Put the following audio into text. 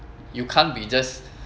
you can't be just